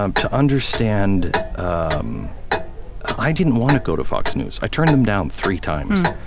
um to understand, um i didn't want to go to fox news. i turned them down three times.